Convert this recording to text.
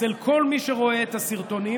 אצל כל מי שרואה את הסרטונים,